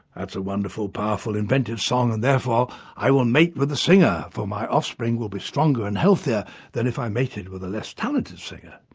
that's a wonderful, powerful, inventive song and therefore i will mate with the singer, for my offspring will be stronger and healthier than if i mated with a less talented singer.